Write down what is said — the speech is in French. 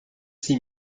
six